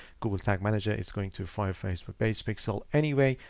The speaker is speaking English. google tag manager is going to fire facebook base pixel anyway,